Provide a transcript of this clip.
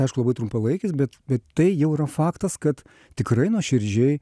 aišku labai trumpalaikis bet bet tai jau yra faktas kad tikrai nuoširdžiai